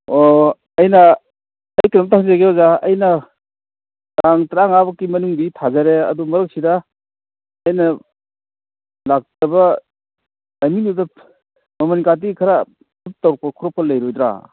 ꯑꯣ ꯑꯩꯅ ꯀꯩꯅꯣꯝꯇ ꯍꯪꯖꯒꯦ ꯑꯣꯖꯥ ꯑꯩꯅ ꯇꯥꯡ ꯇꯔꯥꯃꯉꯥꯐꯥꯎꯕꯒꯤ ꯃꯅꯨꯡꯗꯤ ꯊꯥꯖꯔꯦ ꯑꯗꯨ ꯃꯔꯛꯁꯤꯗ ꯑꯩꯅ ꯂꯥꯛꯆꯕ ꯇꯥꯏꯃꯤꯡꯗꯨꯗ ꯃꯃꯜꯒꯗꯤ ꯈꯔ ꯀꯨꯝꯊꯔꯛꯄ ꯈꯣꯠꯄ ꯂꯩꯔꯣꯏꯗ꯭ꯔ